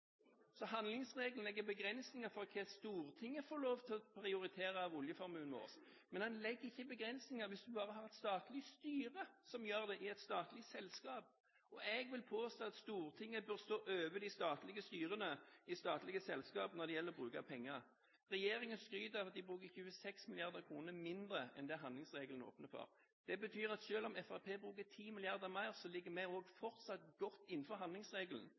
Så handlingsregelen legger begrensninger for hva Stortinget får lov til å prioritere av oljeformuen vår, men den legger ikke begrensninger hvis du bare har et statlig styre som gjør det i et statlig selskap. Jeg vil påstå at Stortinget bør stå over de statlige styrene i statlige selskaper når det gjelder å bruke penger. Regjeringen skryter av at de bruker 26 mrd. kr mindre enn det handlingsregelen åpner for. Det betyr at selv om Fremskrittspartiet bruker 10 mrd. mer, ligger også vi godt innenfor handlingsregelen.